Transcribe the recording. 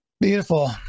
Beautiful